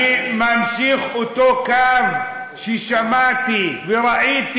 אני ממשיך את אותו קו ששמעתי וראיתי.